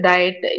Diet